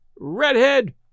Redhead